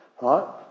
right